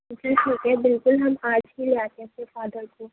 جی شُکریہ بالکل ہم آج ہی لے آتے ہیں پھر فادر کو